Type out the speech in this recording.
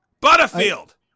Butterfield